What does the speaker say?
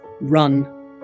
Run